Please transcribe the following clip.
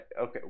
okay